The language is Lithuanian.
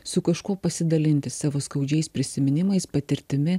su kažkuo pasidalinti savo skaudžiais prisiminimais patirtimi